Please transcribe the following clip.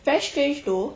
very strange though